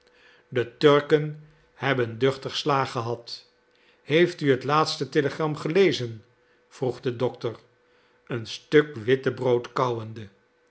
de turken hebben duchtig slaag gehad heeft u het laatste telegram gelezen vroeg de dokter een stuk wittebrood kauwende